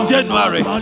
January